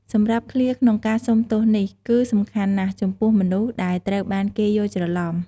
សម្រាប់ឃ្លាក្នុងការសុំទោសនេះ គឺសំខាន់ណាស់ចំពោះមនុស្សដែលត្រូវបានគេយល់ច្រឡុំ។